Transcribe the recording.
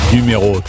Numéro